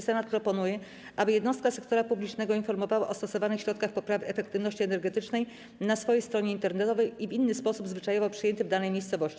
Senat proponuje, aby jednostka sektora publicznego informowała o stosowanych środkach poprawy efektywności energetycznej na swojej stronie internetowej i w inny sposób zwyczajowo przyjęty w danej miejscowości.